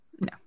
no